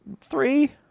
Three